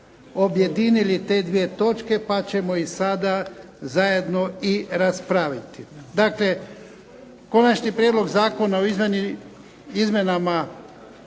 objedinili te dvije točke pa ćemo ih sada zajedno i raspraviti. Dakle, - Konačni prijedlog zakona o izmjenama